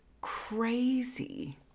crazy